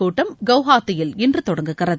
கூட்டம் குவஹாத்தியில் இன்று தொடங்குகிறது